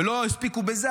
ולא הסתפקו בזה,